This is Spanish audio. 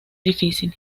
difícil